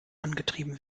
angetrieben